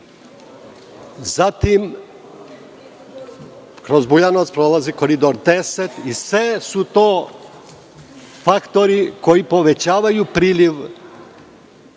Zatim, kroz Bujanovac prolazi Koridor 10 i sve su to faktori koji povećavaju priliv